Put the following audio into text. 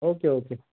okay okay